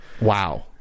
Wow